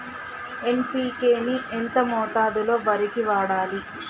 NPK ని ఎంత మోతాదులో వరికి వాడాలి?